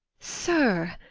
sir,